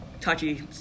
touchy